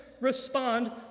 respond